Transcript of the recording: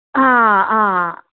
हां हां